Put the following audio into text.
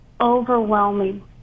Overwhelming